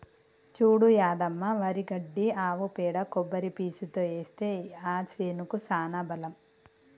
చూడు యాదమ్మ వరి గడ్డి ఆవు పేడ కొబ్బరి పీసుతో ఏస్తే ఆ సేనుకి సానా బలం